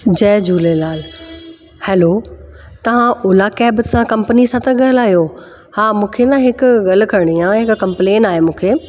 जय Jhulelal hello तव्हां Ola cab सां company सां था ॻाल्हायो हा मूंखे न हिकु ॻाल्हि करणी आहे हिकु कंप्लेंट आहे मूंखे